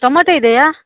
tomato ಇದೆಯಾ